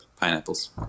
pineapples